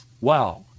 Wow